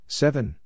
seven